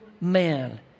man